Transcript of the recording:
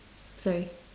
sorry